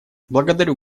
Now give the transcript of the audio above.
благодарю